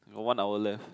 one hour left